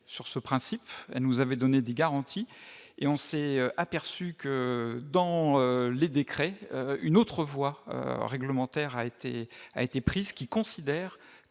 sur ce principe, nous avait donné des garanties et on s'est aperçu que dans les décrets, une autre voie réglementaire a été a été prise, qui considèrent